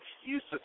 excuses